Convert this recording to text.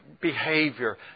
behavior